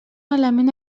element